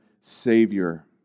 Savior